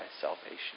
salvation